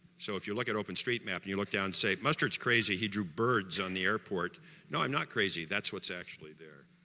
so if you look at openstreetmap and you look down and say mustard's crazy, he drew birds on the airport no, i'm not crazy, that's what's actually there